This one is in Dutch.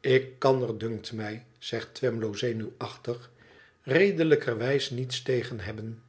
lik kan er dunkt mij zegt twemlow zenuwachtig redelijkerwijs niets tegen hebben